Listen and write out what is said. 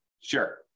Sure